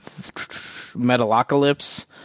Metalocalypse